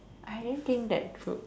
I didn't think that through